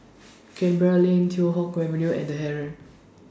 Canberra Lane Teow Hock Avenue and The Heeren